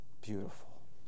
beautiful